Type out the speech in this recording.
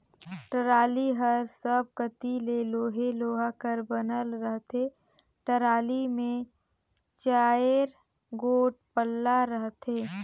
trolley हर सब कती ले लोहे लोहा कर बनल रहथे, टराली मे चाएर गोट पल्ला रहथे